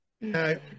no